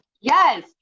Yes